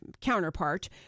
counterpart